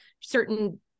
certain